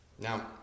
Now